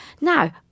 Now